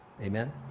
Amen